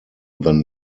than